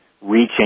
reaching